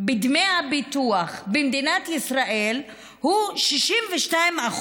בדמי הביטוח במדינת ישראל הוא 62%,